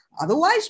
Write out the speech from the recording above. Otherwise